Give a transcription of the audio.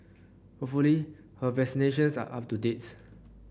hopefully her vaccinations are up to dates